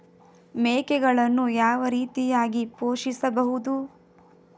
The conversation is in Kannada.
ಮೇಕೆಗಳನ್ನು ಯಾವ ರೀತಿಯಾಗಿ ಪೋಷಿಸಬಹುದು?